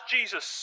Jesus